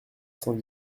cent